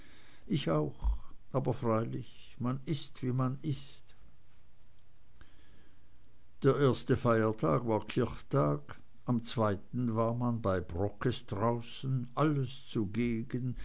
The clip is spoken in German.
ich auch aber freilich man ist wie man ist der erste feiertag war kirchtag am zweiten war man bei borckes draußen alles zugegen